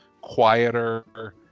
quieter